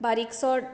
बारीकसो